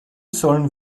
sollen